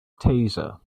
taser